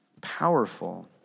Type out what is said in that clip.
Powerful